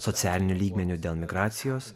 socialiniu lygmeniu dėl migracijos